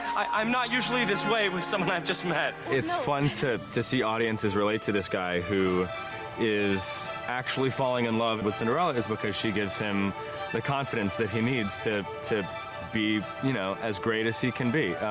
i'm not usually this way with someone i've just met. it's fun to to see audiences relate to this guy who is actually falling in love with cinderella is because she gives him the confidence that he needs to to be, you know, as great as he can be.